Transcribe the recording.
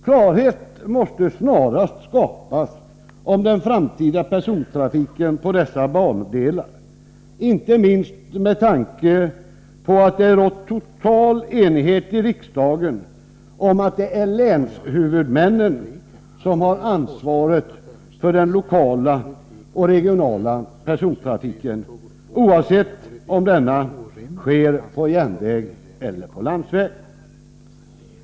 Klarhet måste snarast skapas om den framtida persontrafiken på dessa bandelar, inte minst med tanke på att det rått total enighet i riksdagen om att det är länshuvudmännen som har ansvaret för den lokala och regionala persontrafiken, oavsett om denna sker på järnväg eller på landsväg.